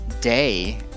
day